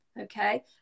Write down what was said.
okay